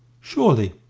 surely,